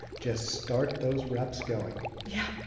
just start those reps going. yeah.